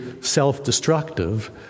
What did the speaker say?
self-destructive